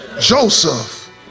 Joseph